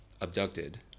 abducted